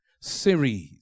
series